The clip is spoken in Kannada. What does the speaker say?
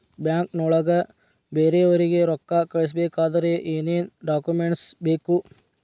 ಬ್ಯಾಂಕ್ನೊಳಗ ಬೇರೆಯವರಿಗೆ ರೊಕ್ಕ ಕಳಿಸಬೇಕಾದರೆ ಏನೇನ್ ಡಾಕುಮೆಂಟ್ಸ್ ಬೇಕು?